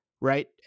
right